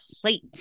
plate